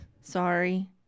Sorry